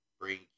bring